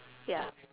ya